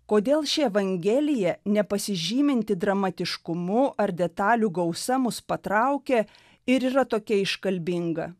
kodėl ši evangelija nepasižyminti dramatiškumu ar detalių gausa mus patraukia ir yra tokia iškalbinga